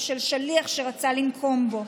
של שליח שרצה לנקום בו.